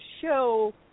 show